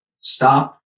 stop